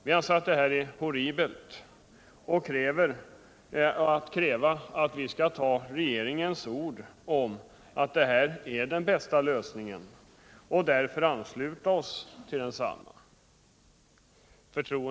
Vi anser att det är horribelt att kräva att vi skall godta regeringens ord om att detta är den bästa lösningen och därför ansluta oss till densamma.